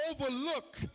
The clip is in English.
overlook